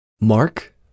Mark